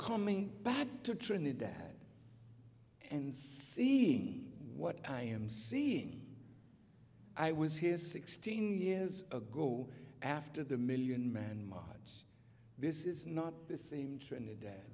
coming back to trinidad and seeing what i am seeing i was here sixteen years ago after the million man march this is not the same trinidad